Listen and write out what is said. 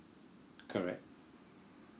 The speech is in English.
correct